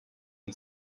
and